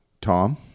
Tom